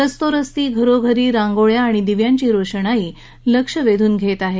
रस्तोरस्ती घरोघरी रांगोळ्या दिव्यांची रोषणाई लक्ष वेधून घेत होती